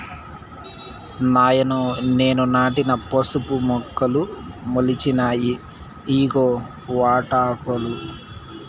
నాయనో నేను నాటిన పసుపు మొక్కలు మొలిచినాయి ఇయ్యిగో వాటాకులు